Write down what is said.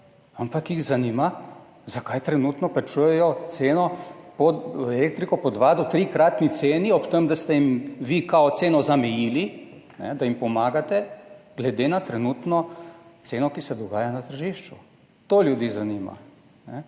ampak jih zanima, zakaj trenutno plačujejo ceno elektrike po dva- do trikratni ceni, ob tem, da ste jim vi kao ceno zamejili, da jim pomagate, glede na trenutno ceno, ki je na tržišču. To ljudi zanima.